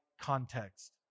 context